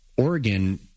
Oregon